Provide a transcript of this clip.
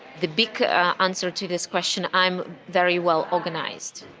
the big answer to this question, i'm very well-organized.